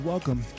Welcome